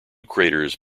craters